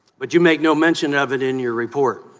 but you make no mention of it in your report